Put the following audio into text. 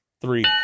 Three